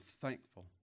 thankful